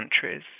countries